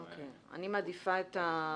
אני מעדיפה את זה